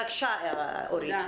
בבקשה, אורית.